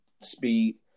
speed